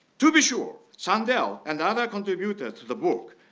to be sure, sandel and other contributed to the book,